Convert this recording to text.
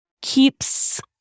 keeps